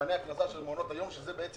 מבחני ההכנסה של מעונות היום, שמהם